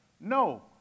No